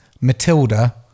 Matilda